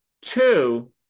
Two